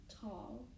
tall